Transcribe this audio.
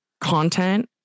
content